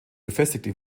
befestigte